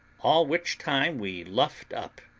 all which time we luffed up,